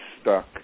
stuck